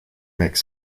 make